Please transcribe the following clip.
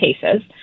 cases